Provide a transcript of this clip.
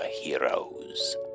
heroes